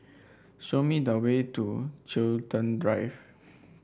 show me the way to Chiltern Drive